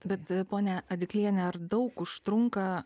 bet ponia adiklienė ar daug užtrunka